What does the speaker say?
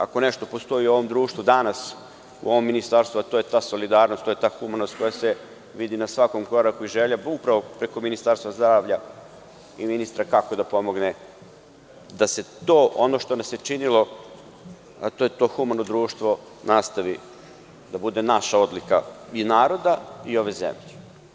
Ako nešto postoji u ovom društvu danas, u ovom ministarstvu, to je ta solidarnost, to je ta humanost koja se vidi na svakom koraku i želja upravo preko Ministarstva zdravlja i ministra kako da pomogne da se to, ono što nam se činilo, a to je to humano društvo, nastavi da bude naša odlika, i naroda i ove zemlje.